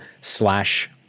slash